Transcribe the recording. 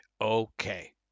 Okay